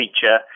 feature